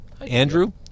Andrew